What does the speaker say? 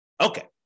Okay